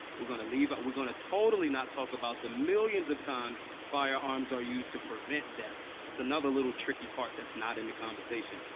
we're gonna leave we're gonna totally not talk about the millions of times firearms are used to prevent death. that's another little, tricky part that's not in the conversation.